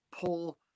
pull